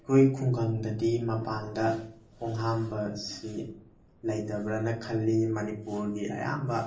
ꯑꯩꯈꯣꯏ ꯈꯨꯡꯒꯪꯗꯗꯤ ꯃꯄꯥꯟꯗ ꯈꯣꯡ ꯍꯥꯝꯕꯁꯤ ꯂꯩꯇꯕ꯭ꯔꯅ ꯈꯜꯂꯤ ꯃꯅꯤꯄꯨꯔꯒꯤ ꯑꯌꯥꯝꯕ